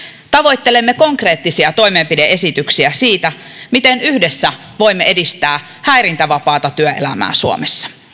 tavoittelemme konkreettisia toimenpide esityksiä siitä miten yhdessä voimme edistää häirintävapaata työelämää suomessa